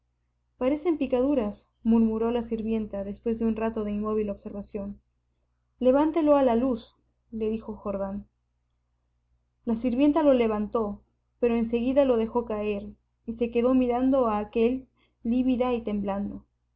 sangre parecen picaduras murmuró la sirvienta después de un rato de inmóvil observación levántelo a la luz le dijo jordán la sirvienta lo levantó pero en seguida lo dejó caer y se quedó mirando a aquél lívida y temblando